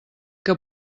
que